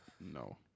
No